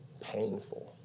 Painful